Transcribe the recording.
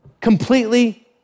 completely